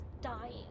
dying